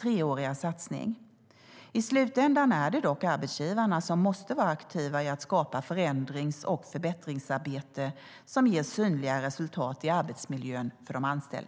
treåriga satsning. I slutändan är det dock arbetsgivarna som måste vara aktiva i att skapa förändrings och förbättringsarbete som ger synliga resultat i arbetsmiljön för de anställda.